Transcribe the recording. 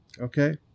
okay